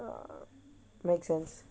uh make sense